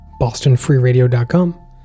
bostonfreeradio.com